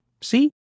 See